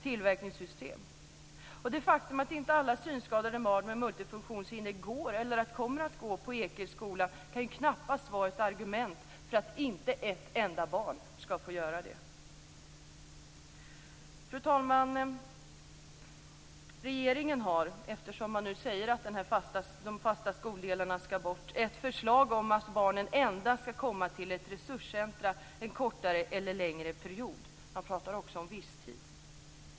Det faktum att inte alla synskadade barn med multifunktionshinder går eller kommer att gå på Ekeskolan kan knappast vara ett argument för att inte ett enda barn ska få göra det. Fru talman! Eftersom man nu säger att de fasta skoldelarna ska bort har regeringen ett förslag om att barnen endast ska komma till ett resurscenter för en kortare eller en längre period - man pratar om "viss tid".